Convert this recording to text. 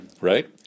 right